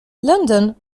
london